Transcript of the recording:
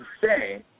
say